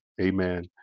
Amen